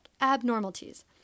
abnormalities